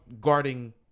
guarding